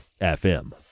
FM